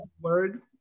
word